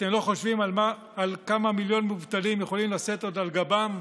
אתם לא חושבים על כמה מיליון מובטלים יכולים לשאת עוד על גבם?